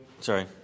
Sorry